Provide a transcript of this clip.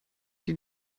die